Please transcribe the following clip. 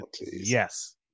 yes